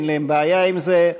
ואין להם בעיה עם זה,